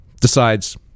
decides